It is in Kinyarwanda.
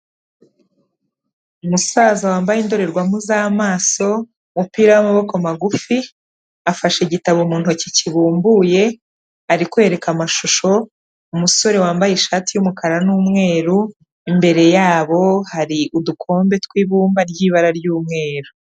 Umusaza wambaye indorerwamo z'amaso, umupira w'amaboko magufi, afashe igitabo mu ntoki kibumbuye, ari kwereka amashusho umusore wambaye ishati y'umukara n'umweru, imbere yabo hari udukombe tw'ibumba ry'ibara ry'umweru.